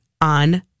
on